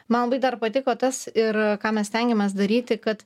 man labai dar patiko tas ir ką mes stengiamės daryti kad